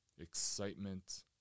excitement